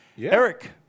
Eric